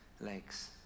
legs